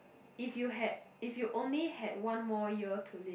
if you had if you only had one more year to live